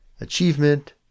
achievement